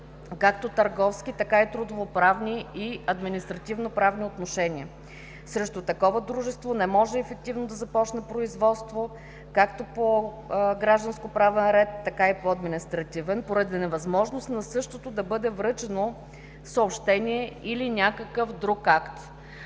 както търговски, така и трудовоправни и административноправни отношения. Срещу такова дружество не може ефективно да се започне производство както по гражданскоправен ред, така и по административен, поради невъзможност на същото да бъде връчено съобщение или някакъв друг акт.